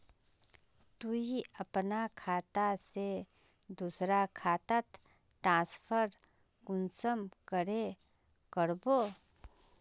तुई अपना खाता से दूसरा खातात ट्रांसफर कुंसम करे करबो?